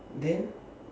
then